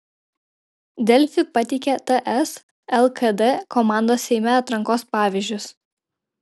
delfi pateikia ts lkd komandos seime atrankos pavyzdžius